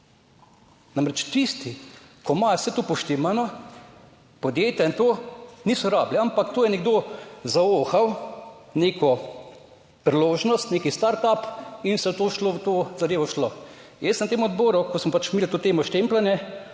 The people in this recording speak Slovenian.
Namreč tisti, ki imajo vse to poštimano, podjetja in to, niso rabili. Ampak to je nekdo zavohal neko priložnost, nek startup in se je to šlo v to zadevo šlo. Jaz sem na tem odboru, ko smo pač imeli to temo štempljanje,